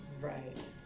Right